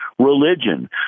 Religion